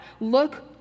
look